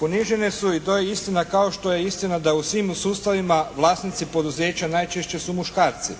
Ponižene su i to je istina kao što je istina i da u svim sustavima vlasnici poduzeća najčešće su muškarci.